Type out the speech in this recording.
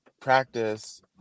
practice